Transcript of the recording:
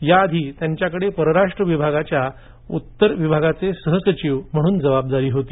बागची यांच्याकडं परराष्ट्र विभागाच्या उत्तर विभागाचे सहसचिव म्हणून जबाबदारी होती